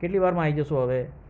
કેટલી વારમાં આવી જશો હવે